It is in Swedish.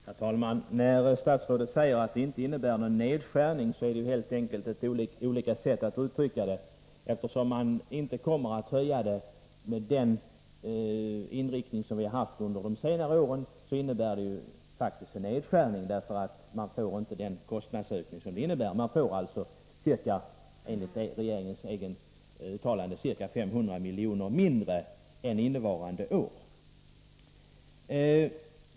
Herr talman! När statsrådet säger att biståndsanslaget inte innebär någon nedskärning är det helt enkelt ett annat sätt att uttrycka saken. Eftersom vi inte kommer att höja biståndet i enlighet med den inriktning som gällt under de senare åren, innebär det faktiskt en nedskärning. Man får nämligen inte täckning för kostnadsökningarna. Man får enligt regeringens eget uttalande ca 500 milj.kr.mindre än innevarande år.